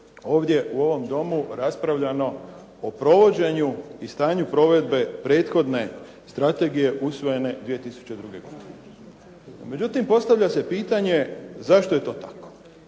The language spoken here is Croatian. ovdje u ovom Domu raspravljano o provođenju i stanju provedbe Strategije usvojene 2002. godine. NO međutim, postavlja se pitanje zašto je to tako,